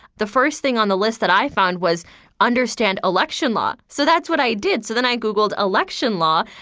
the first thing on the list that i found was understand election law, so that's what i did. so then i googled election law,